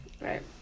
right